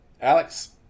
Alex